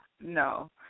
no